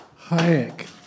Hayek